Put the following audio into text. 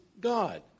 God